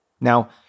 Now